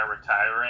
retiring